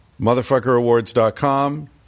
MotherfuckerAwards.com